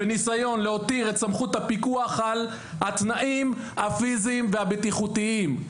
וניסיון להותיר את סמכות הפיקוח על התנאים הפיזיים והבטיחותיים.